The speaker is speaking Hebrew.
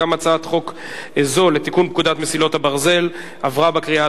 הצעת חוק לתיקון פקודת מסילות הברזל (חיוב